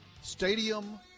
stadium